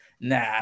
nah